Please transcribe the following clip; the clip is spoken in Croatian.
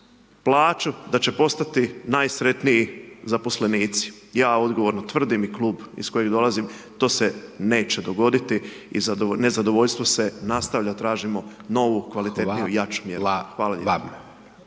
plaću da će postati najsretniji zaposlenici. Ja odgovorno tvrdim i klub iz kojeg dolazim, to se neće dogoditi i nezadovoljstvo se nastavlja, tražimo novu, kvalitetniju, jaču mjeru. Hvala